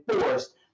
forced